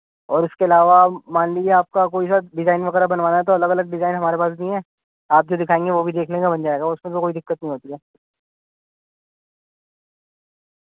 اور اس کے علاوہ مان لیجیے آپ کا کوئی سا ڈیزائن وغیرہ بنوانا ہے تو الگ الگ ڈیزائن ہمارے پاس بھی ہیں آپ جو دکھائیں گے وہ بھی دیکھ لے بن جائے گا اس میں تو کوئی دقت نہیں ہوتی ہے